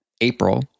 April